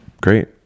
Great